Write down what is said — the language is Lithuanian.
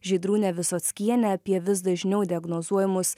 žydrūne visockiene apie vis dažniau diagnozuojamus